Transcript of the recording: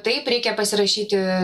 taip reikia pasirašyti